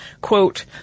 quote